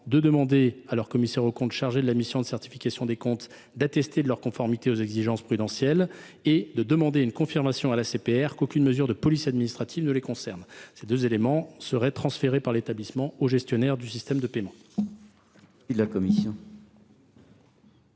demandent à leur commissaire aux comptes, chargé de la mission de certifier ces derniers, d’attester de leur conformité aux exigences prudentielles et confirment auprès de l’ACPR qu’aucune mesure de police administrative ne les concerne. Ces deux éléments seraient transférés par l’établissement au gestionnaire du système de paiement. Quel est l’avis de la commission